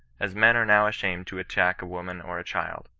as men are now ashamed to attack a woman or a child.